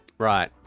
Right